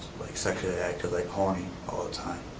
like so like, i acted like horny all the time,